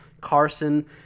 Carson